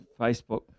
Facebook